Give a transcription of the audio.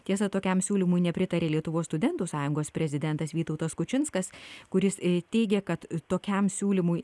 tiesa tokiam siūlymui nepritarė lietuvos studentų sąjungos prezidentas vytautas kučinskas kuris teigė kad tokiam siūlymui